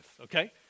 okay